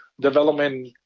development